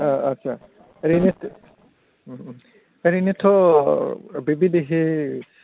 आदसा ओरैनो ओरैनोथ' बे बिदेसि